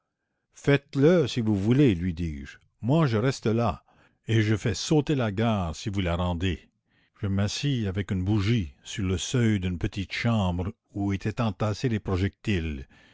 faites-le si vous voulez lui disje moi je reste là et je fais sauter la gare si vous la rendez je m'assis avec une bougie sur le seuil d'une petite chambre où étaient entassés les projectiles